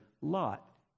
lot